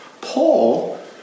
Paul